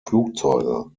flugzeuge